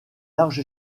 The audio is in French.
large